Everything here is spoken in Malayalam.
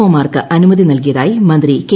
ഒ മാർക്ക് അനുമതി നൽകിയതായി മന്ത്രി കെ